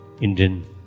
Indian